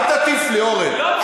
אל תטיף לי, אורן.